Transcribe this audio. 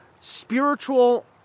spiritual